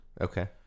Okay